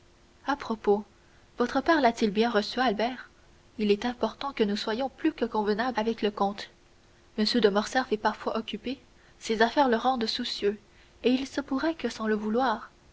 à propos votre père l'a-t-il bien reçu albert il est important que nous soyons plus que convenables avec le comte m de morcerf est parfois occupé ses affaires le rendent soucieux et il se pourrait que sans le vouloir